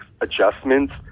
adjustments